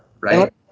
right